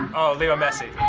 oh, leo messi.